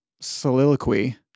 soliloquy